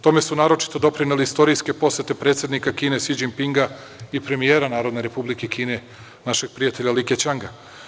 Tome su naročito doprinele istorijske posete predsednika Kine Si Đipinga i premija Narodne Republike Kine, našeg prijatelja, Li Kećanga.